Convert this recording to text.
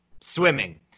swimming